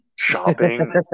Shopping